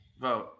Vote